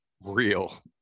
real